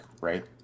right